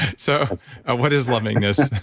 so what is lovingness?